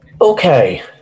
Okay